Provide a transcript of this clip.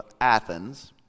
Athens